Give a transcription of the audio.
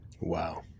Wow